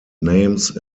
names